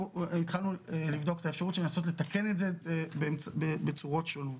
התחלנו לבדוק את האפשרות של לנסות לתקן את זה בצורות שונות.